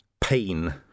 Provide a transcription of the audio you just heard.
Pain